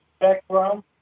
background